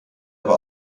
aber